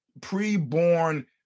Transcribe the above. pre-born